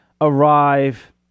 arrive